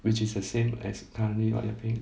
which is the same as currently what you are paying